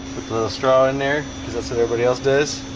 little straw in there cuz that's what everybody else does